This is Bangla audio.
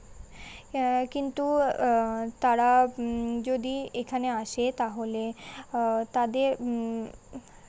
কিন্তু তারা যদি এখানে আসে তাহলে তাদের